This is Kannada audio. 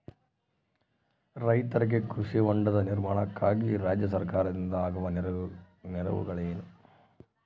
ರೈತರಿಗೆ ಕೃಷಿ ಹೊಂಡದ ನಿರ್ಮಾಣಕ್ಕಾಗಿ ರಾಜ್ಯ ಸರ್ಕಾರದಿಂದ ಆಗುವ ನೆರವುಗಳೇನು?